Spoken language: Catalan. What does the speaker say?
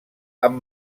amb